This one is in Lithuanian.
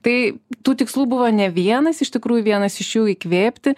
tai tų tikslų buvo ne vienas iš tikrųjų vienas iš jų įkvėpti